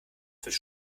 wird